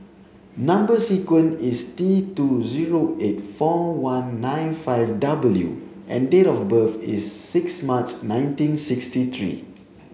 number sequence is T two zero eight four one nine five W and date of birth is six March nineteen sixty three